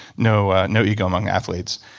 no ah no ego among athletes.